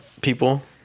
people